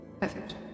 Perfect